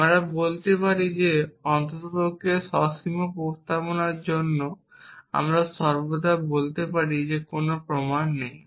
আমরা সর্বদা বলতে পারি যে অন্ততপক্ষে সসীম প্রস্তাবনার জন্য আমরা সর্বদা বলতে পারি যে কোনও প্রমাণ নেই